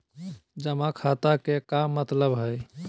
जमा खाता के का मतलब हई?